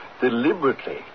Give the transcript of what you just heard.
Deliberately